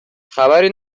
خبری